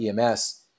EMS